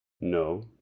No